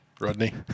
Rodney